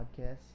podcast